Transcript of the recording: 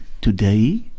today